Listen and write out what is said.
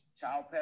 child